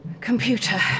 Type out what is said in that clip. Computer